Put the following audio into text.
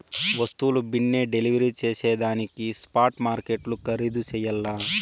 వస్తువుల బిన్నే డెలివరీ జేసేదానికి స్పాట్ మార్కెట్లు ఖరీధు చెయ్యల్ల